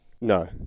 No